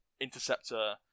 Interceptor